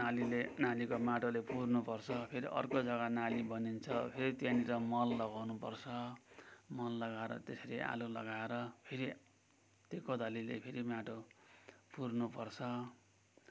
नालीले नालीको माटोले पुर्नु पर्छ फेरि अर्को जग्गा नाली बनिन्छ फेरि त्यहाँनिर मल लगाउनु पर्छ मल लगाएर त्यसरी आलु लगाएर फेरि त्यो कोदालीले फरि माटो पुर्नु पर्छ